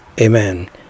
amen